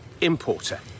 importer